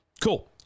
Cool